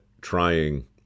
trying